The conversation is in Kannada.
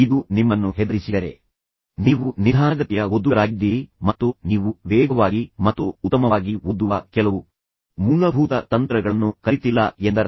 ಇದು ನಿಮ್ಮನ್ನು ಹೆದರಿಸಿದರೆ ನೀವು ನಿಧಾನಗತಿಯ ಓದುಗರಾಗಿದ್ದೀರಿ ಮತ್ತು ನೀವು ವೇಗವಾಗಿ ಮತ್ತು ಉತ್ತಮವಾಗಿ ಓದುವ ಕೆಲವು ಮೂಲಭೂತ ತಂತ್ರಗಳನ್ನು ಕಲಿತಿಲ್ಲ ಎಂದರ್ಥ